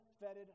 fetid